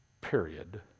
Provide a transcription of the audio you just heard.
Period